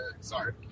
Sorry